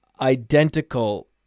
identical